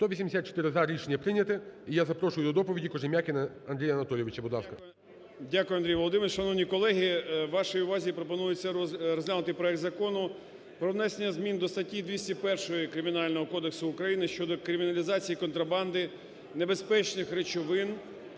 184 – за. Рішення прийняте. І я запрошую до доповіді Кожем'якіна Андрія Анатолійовича. Будь ласка. 17:20:17 КОЖЕМ’ЯКІН А.А. Дякую, Андрій Володимирович. Шановні колеги, вашій увазі пропонується розглянути проект Закону про внесення змін до статті 201 Кримінального кодексу України (щодо криміналізації контрабанди, небезпечних речовин,